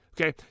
Okay